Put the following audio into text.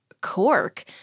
cork